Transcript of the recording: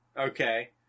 okay